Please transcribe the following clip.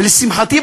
ולשמחתי,